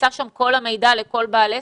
נמצא שם כל המידע לכל בעל עסק?